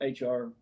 HR